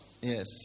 Yes